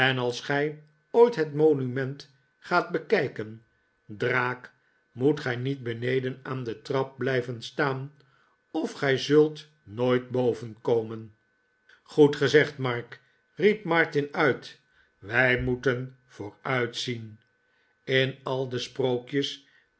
als gij ooit het monument gaat bekijken draak moet gij niet beneden aan de trap blijven staan of gij zult nooit bovenkomen goed gezegd mark riep martin uit r wij moeten vooruitzien in al de sprookjes